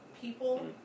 people